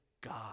God